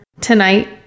tonight